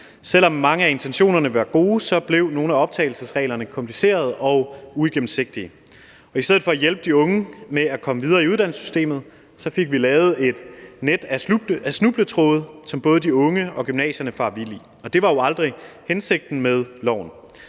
Selv om mange af intentionerne var gode, blev nogle af optagelsesreglerne komplicerede og uigennemsigtige. I stedet for at hjælpe de unge med at komme videre i uddannelsessystemet fik vi lavet et net af snubletråde, som både de unge og gymnasierne farer vild i, og det var jo aldrig hensigten med loven.